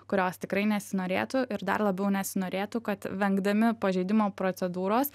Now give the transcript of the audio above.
kurios tikrai nesinorėtų ir dar labiau nesinorėtų kad vengdami pažeidimo procedūros